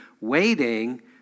waiting